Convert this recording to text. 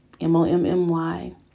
M-O-M-M-Y